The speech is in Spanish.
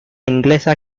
inglesa